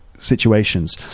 situations